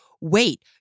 wait